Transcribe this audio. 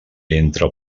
entra